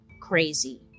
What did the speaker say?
crazy